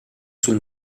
sul